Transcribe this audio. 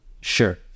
sure